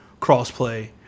crossplay